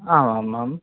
आम् आम् आम्